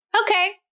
okay